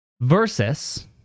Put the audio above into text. Versus